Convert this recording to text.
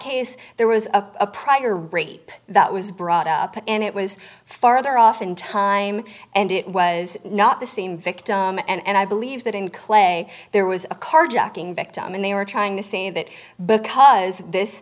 case there was a prior rape that was brought up and it was farther off in time and it was not the same victim and i believe that in clay there was a carjacking victim and they were trying to say that because this